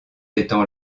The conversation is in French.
étant